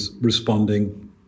responding